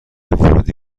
ورودی